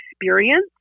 experience